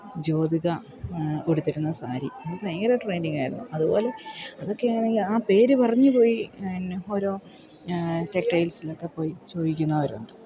ജ്യോതിക ഉടുത്തിരുന്ന സാരി അത് ഭയങ്കര ട്രെൻഡിങ്ങായിരുന്നു അതുപോലെ അതൊക്കെയാണെങ്കിൽ ആ പേരു പറഞ്ഞുപോയി എന്നെ ഓരോ ടെക്ടൈൽസിലൊക്കെ പോയി ചോദിക്കുന്നവരുണ്ട്